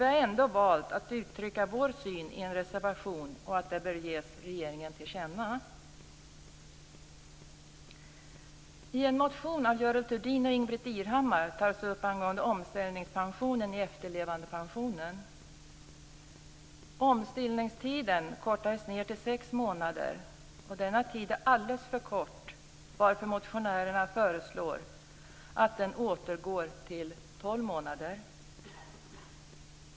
Vi har ändå valt att uttrycka vår syn i en reservation och att det bör ges regeringen till känna. Denna tid är alldeles för kort, varför motionärerna föreslår att den återgår till tolv månader.